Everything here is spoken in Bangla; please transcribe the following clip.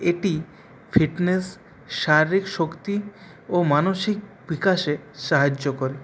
এটি ফিটনেস শারীরিক শক্তি ও মানসিক বিকাশে সাহায্য করে